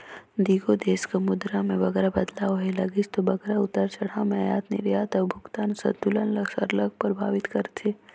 दुगोट देस कर मुद्रा में बगरा बदलाव होए लगिस ता बगरा उतार चढ़ाव में अयात निरयात अउ भुगतान संतुलन ल सरलग परभावित करथे